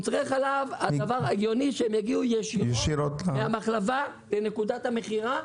הדבר ההגיוני הוא שמוצרי חלב יגיעו ישירות מהמחלבה לנקודת המכירה.